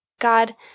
God